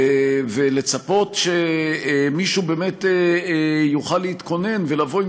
ולצפות שמישהו באמת יוכל להתכונן ולבוא עם